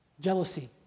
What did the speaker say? Jealousy